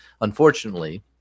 unfortunately